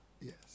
Yes